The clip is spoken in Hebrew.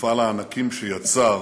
ומפעל הענקים שיצר